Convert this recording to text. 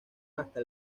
hasta